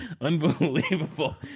Unbelievable